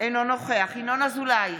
אינו נוכח ינון אזולאי,